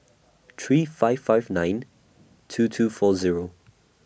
three five five nine two two four Zero